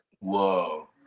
Whoa